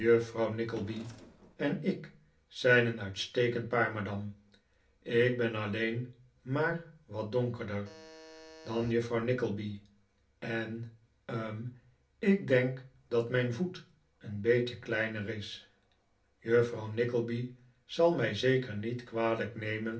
juffrouw nickleby en ik zijn een uitstekend paar madame ik ben alleen maar wat donkerder dan juffrouw nickleby en hm ik denk dat mijn voet een beetje kleiner is juffrouw nickleby zal mij zeker niet kwalijk nemen